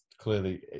clearly